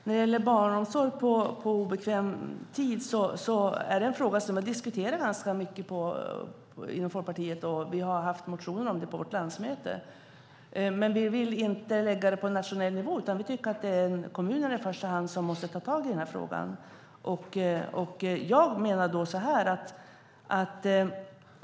Fru talman! Barnomsorg på obekväm tid är en fråga som har diskuterats ganska mycket inom Folkpartiet. Vi har haft motioner om det på vårt landsmöte. Men vi vill inte lägga det på nationell nivå utan vi tycker att det är kommunerna som i första hand måste ta tag i den frågan.